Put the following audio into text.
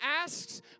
asks